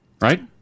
right